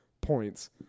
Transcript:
points